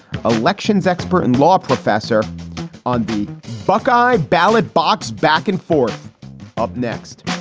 elections expert and law professor on the buckeye ballot box back and forth up next,